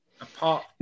Apart